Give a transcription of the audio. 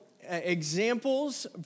examples